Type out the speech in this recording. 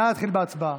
נא להתחיל בהצבעה.